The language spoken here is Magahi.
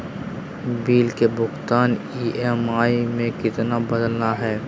बिल के भुगतान ई.एम.आई में किसी बदलना है?